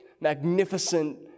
magnificent